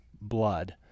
blood